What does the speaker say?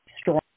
strong